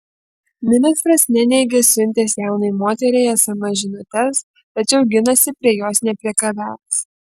ministras neneigia siuntęs jaunai moteriai sms žinutes tačiau ginasi prie jos nepriekabiavęs